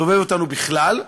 סובבת אותנו בכלל,